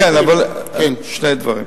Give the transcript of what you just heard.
כן, אבל שני דברים: